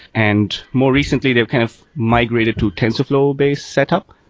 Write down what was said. and more recently they kind of migrated to tensorflow-based setup.